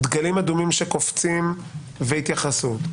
דגלים אדומים שקופצים והתייחסות,